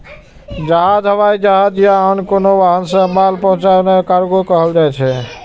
जहाज, हवाई जहाज या आन कोनो वाहन सं माल पहुंचेनाय कार्गो कहल जाइ छै